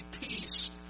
peace